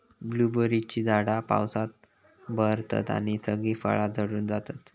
ब्लूबेरीची झाडा पावसात बहरतत आणि सगळी फळा झडून जातत